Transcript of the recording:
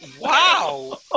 Wow